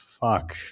fuck